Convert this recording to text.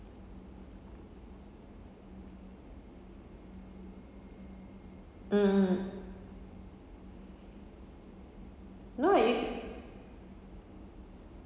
mm no right you